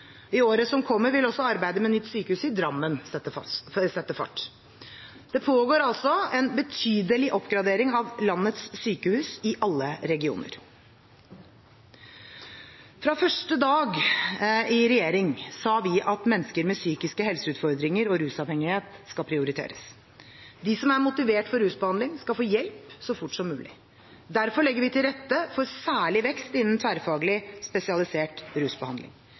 I året som kommer, vil også arbeidet med nytt sykehus i Drammen sette fart. Det pågår altså en betydelig oppgradering av landets sykehus, i alle regioner. Fra første dag i regjering sa vi at mennesker med psykiske helseutfordringer og rusavhengighet skal prioriteres. De som er motivert for rusbehandling, skal få hjelp så fort som mulig. Derfor legger vi til rette for særlig vekst innen tverrfaglig spesialisert rusbehandling,